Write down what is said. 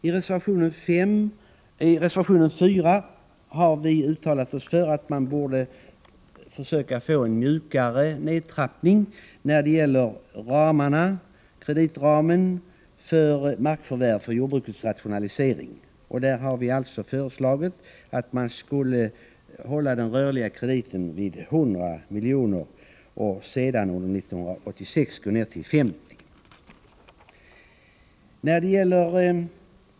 I reservation 4 har vi uttalat oss för att man borde försöka få en mjukare nedtrappning än utskottsmajoriteten föreslår av kreditramen avseende markförvärv för jordbrukets rationalisering. Vi har där föreslagit att den rörliga krediten skulle få uppgå till 100 milj.kr. och sedan under 1986 gå ned till 50 miljoner.